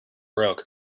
broke